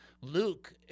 Luke